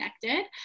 connected